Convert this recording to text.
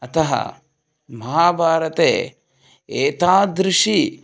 अतः महाभारते एतादृशी